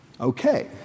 Okay